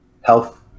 health